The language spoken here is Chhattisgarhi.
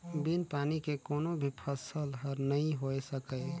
बिन पानी के कोनो भी फसल हर नइ होए सकय